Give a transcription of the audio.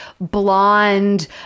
blonde